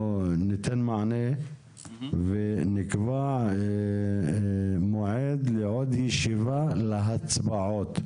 ניתן מענה ונקבע מועד לישיבה נוספת בה יתקיימו הצבעות.